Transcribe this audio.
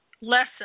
lesson